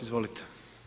Izvolite.